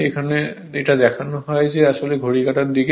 এটা দেখানো হয় আসলে ঘড়ির কাঁটার দিকে